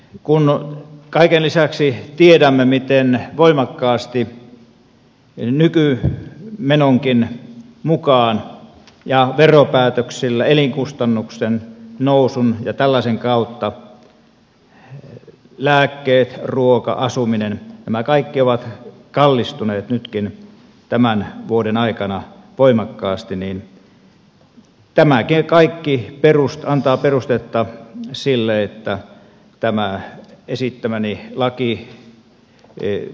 kun kaiken lisäksi tiedämme miten voimakkaasti nykymenonkin mukaan ja veropäätöksillä elinkustannusten nousun ja tällaisen kautta lääkkeet ruoka asuminen nämä kaikki ovat kallistuneet nytkin tämän vuoden aikana niin tämä kaikki antaa perustetta sille että tämä esittämäni lakimuutos toteutetaan